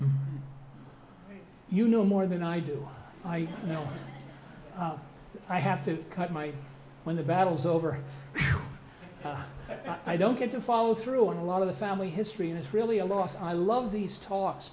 wow you know more than i do i know i have to cut my when the battles over i don't get to follow through on a lot of the family history and it's really a loss i love these talks